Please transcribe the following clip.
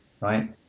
right